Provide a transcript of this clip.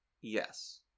Yes